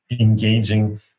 engaging